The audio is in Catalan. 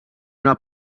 una